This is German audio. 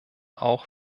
auch